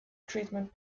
treatment